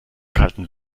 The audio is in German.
kalten